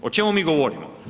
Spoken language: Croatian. O čemu mi govorimo?